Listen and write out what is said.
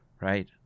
right